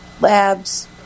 labs